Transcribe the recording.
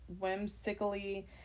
whimsically